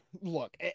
look